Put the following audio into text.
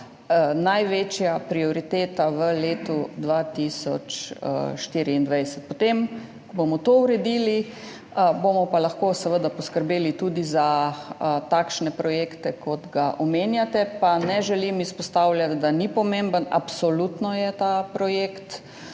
največja prioriteta v letu 2024. Potem ko bomo to uredili, bomo pa lahko seveda poskrbeli tudi za takšne projekte, kot ga omenjate, pa ne želim izpostavljati, da ni pomemben. Absolutno je ta projekt